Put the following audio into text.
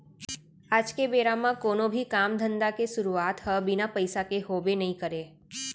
आज के बेरा म कोनो भी काम धंधा के सुरूवात ह बिना पइसा के होबे नइ करय